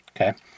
okay